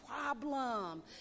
problem